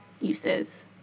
uses